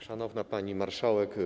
Szanowna Pani Marszałek!